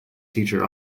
teacher